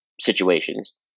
situations